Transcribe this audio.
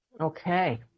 Okay